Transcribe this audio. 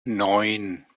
neun